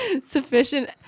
sufficient